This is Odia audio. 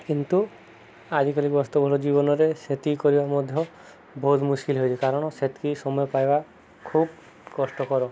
କିନ୍ତୁ ଆଜିକାଲି ବ୍ୟସ୍ତବହୁଳ ଜୀବନରେ ସେତିକି କରିବା ମଧ୍ୟ ବହୁତ ମୁସ୍କିଲ ହୋଇଛି କାରଣ ସେତିକି ସମୟ ପାଇବା ଖୁବ କଷ୍ଟକର